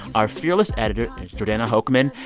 our fearless editor is jordana hochman,